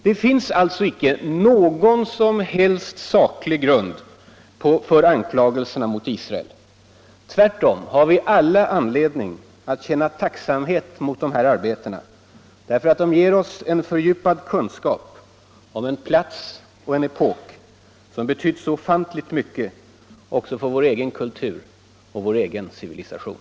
Det finns alltså inte någon som helst saklig grund för anklagelserna mot Israel. Tvärtom har vi alla anledning att känna tacksamhet för det som görs, därför att det ger oss en fördjupad kunskap om en plats och en epok som betytt så ofantligt mycket också för vår egen kultur och vår egen civilisation.